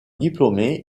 diplômé